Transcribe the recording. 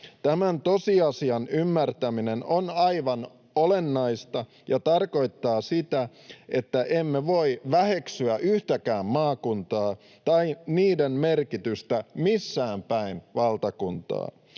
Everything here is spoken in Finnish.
Tämän tosiasian ymmärtäminen on aivan olennaista ja tarkoittaa sitä, että emme voi väheksyä yhtäkään maakuntaa tai niiden merkitystä missään päin valtakuntaa.